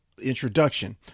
introduction